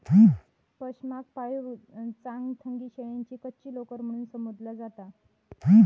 पशमाक पाळीव चांगथंगी शेळ्यांची कच्ची लोकर म्हणून संबोधला जाता